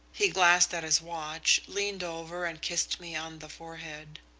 he glanced at his watch, leaned over, and kissed me on the forehead.